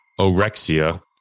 orexia